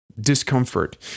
discomfort